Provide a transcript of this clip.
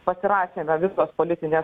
pasirašėme visos politinės